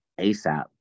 asap